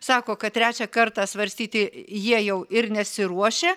sako kad trečią kartą svarstyti jie jau ir nesiruošia